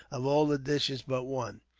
of all the dishes but one.